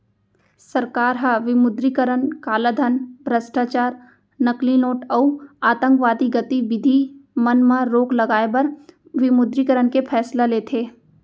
सरकार ह विमुद्रीकरन कालाधन, भस्टाचार, नकली नोट अउ आंतकवादी गतिबिधि मन म रोक लगाए बर विमुद्रीकरन के फैसला लेथे